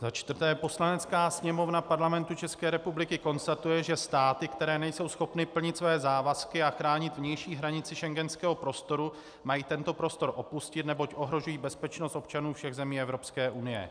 Za čtvrté: Poslanecká sněmovna Parlamentu České republiky konstatuje, že státy, které nejsou schopny plnit své závazky a chránit vnější hranici schengenského prostoru, mají tento prostor opustit, neboť ohrožují bezpečnost občanů všech zemí Evropské unie.